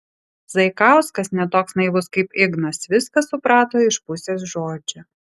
zaikauskas ne toks naivus kaip ignas viską suprato iš pusės žodžio